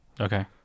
Okay